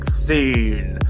scene